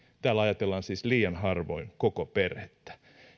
täällä ajatellaan siis liian harvoin koko perhettä